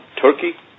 Turkey